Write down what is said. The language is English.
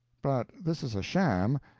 but this is a sham,